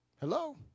Hello